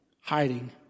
Hiding